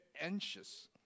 anxious